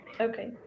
Okay